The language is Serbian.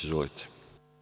Izvolite.